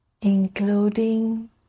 including